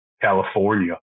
california